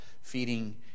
feeding